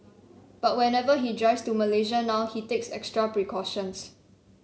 but whenever he drives to Malaysia now he takes extra precautions